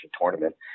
tournament